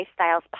lifestyles